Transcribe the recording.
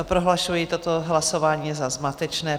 Prohlašuji toto hlasování za zmatečné.